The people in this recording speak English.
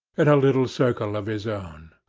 a little circle of his own.